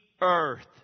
earth